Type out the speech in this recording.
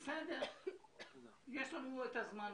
שפתרנו את הבעיה.